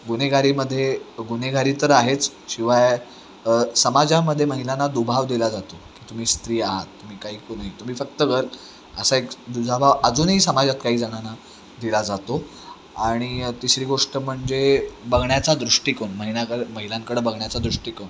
गुन्हेगारीमध्ये गुन्हेगारी तर आहेच शिवाय समाजामध्ये महिलांना दुजाभाव दिला जातो की तुम्ही स्त्री आहात तुम्ही काही ऐकू नाही तुम्ही फक्त घर असा एक दुजाभाव अजूनही समाजात काही जणांना दिला जातो आणि तिसरी गोष्ट म्हणजे बघण्याचा दृष्टिकोन महिलाकड महिलांकडं बघण्याचा दृष्टिकोन